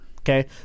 okay